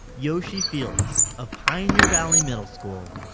yoshi fields of pioneer valley middle school,